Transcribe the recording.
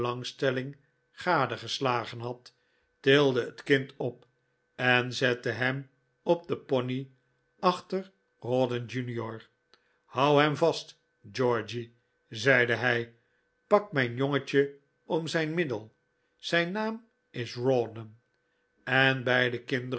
belangstelling gade gestagen had tilde het kind op en zette hem op den pony achter rawdon jr houd hem vast georgy zeide hij pak mijn jongetje om zijn middel zijn naam is rawdon en beide kinderen